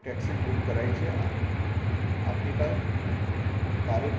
taxi book કરાવી છે આવતીકાલ તારીખ